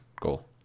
goal